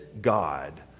God